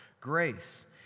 grace